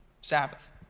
Sabbath